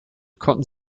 konnte